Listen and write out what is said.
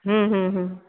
हम्म हम्म हम्म